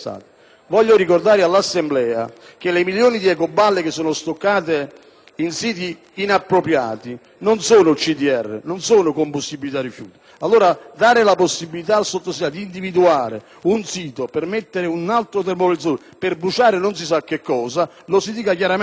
Voglio ricordare all'Assemblea che le milioni di ecoballe stoccate in siti inappropriati non sono CDR, non sono cioè combustibile da rifiuti. Allora, si dà la possibilità al Sottosegretario di individuare un sito per mettere un altro termovalorizzatore per bruciare non si sa che cosa, ma quelle